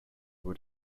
were